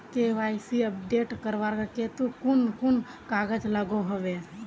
KYC update करवार केते कुन कुन कागज लागोहो होबे?